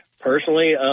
personally